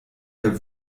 der